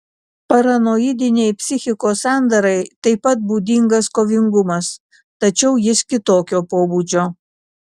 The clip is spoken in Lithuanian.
paranoidinei psichikos sandarai taip pat būdingas kovingumas tačiau jis kitokio pobūdžio